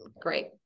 Great